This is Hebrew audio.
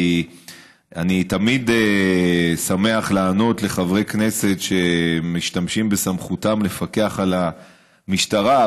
כי אני תמיד שמח לענות לחברי כנסת שמשתמשים בסמכותם לפקח על המשטרה,